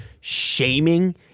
shaming